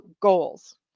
goals